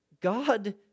God